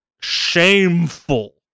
shameful